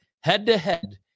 Head-to-head